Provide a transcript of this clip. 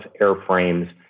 airframes